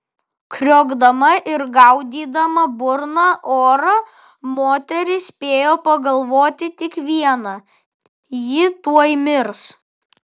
kriokdama ir gaudydama burna orą moteris spėjo pagalvoti tik viena ji tuoj mirs